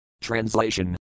Translation